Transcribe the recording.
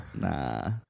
Nah